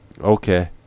Okay